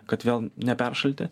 kad vėl neperšalti